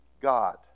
God